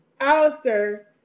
Alistair